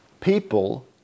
people